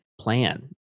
plan